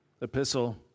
epistle